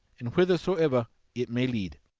and whithersoever it may lead!